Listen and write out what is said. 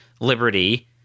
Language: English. liberty